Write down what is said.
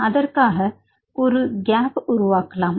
அதற்காக ஒரு கேப் உருவாக்கலாம்